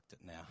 now